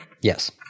Yes